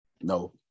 No